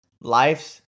Life's